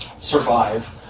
survive